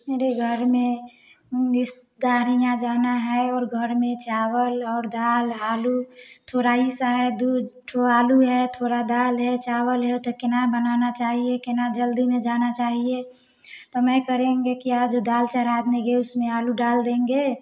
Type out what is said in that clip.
मेरे घर में रिश्तेदारियां जाना है और घर में चावल और दाल आलू थोराइस आया दूध ठो आलू है थोड़ा दाल है चावल है तो किना बनाना चाहिए किना जल्दी में जाना चाहिए तो मैं करेंगे कि आज दाल चढ़ा देंगे उसमें आलू डाल देंगे